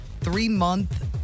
three-month